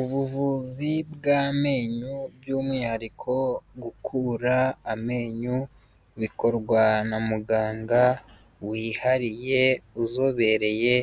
Ubuvuzi bw'amenyo by'umwihariko gukura amenyo, bikorwa na muganga wihariye uzobereye